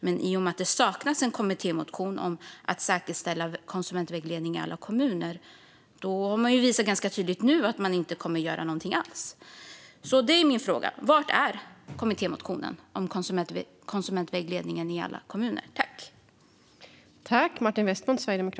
Men i och med att det saknas en kommittémotion om att säkerställa konsumentvägledning i alla kommuner har man ju visat ganska tydligt att man inte kommer att göra någonting alls. Min fråga är alltså: Var är kommittémotionen om konsumentvägledning i alla kommuner?